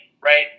right